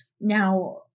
Now